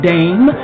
Dame